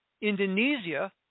...Indonesia